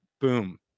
Boom